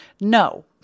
no